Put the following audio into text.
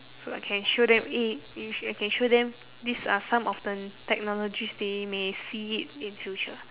so I can show them eh you sh~ I can show them these are some of the technologies they may see it in future